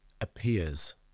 appears